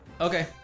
Okay